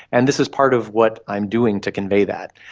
and this is part of what i'm doing to convey that.